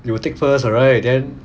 they will take first right then